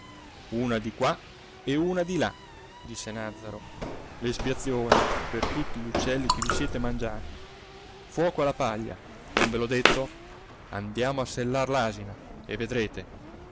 una di qua e una di là disse nàzzaro l'espiazione per tutti gli uccelli che vi siete mangiati fuoco alla paglia non ve l'ho detto andiamo a sellare l'asina e vedrete